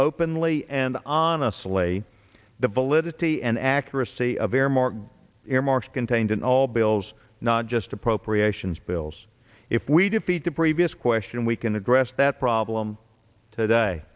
openly and honestly the validity and accuracy of earmark earmarks contained in all bills not just appropriations bills if we defeat the previous question we can address that problem today